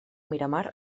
miramar